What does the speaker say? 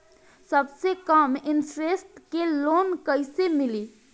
सबसे कम इन्टरेस्ट के लोन कइसे मिली?